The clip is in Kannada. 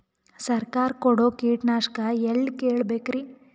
ಸರಕಾರ ಕೊಡೋ ಕೀಟನಾಶಕ ಎಳ್ಳಿ ಕೇಳ ಬೇಕರಿ?